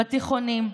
בתיכונים,